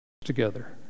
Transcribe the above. together